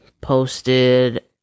posted